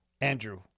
Andrew